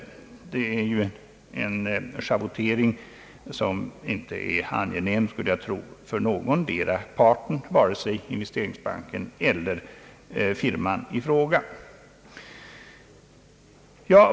Det är en schavottering som inte är angenäm, skulle jag tro, för någondera parten, vare sig In vesteringsbanken eller firman i fråga.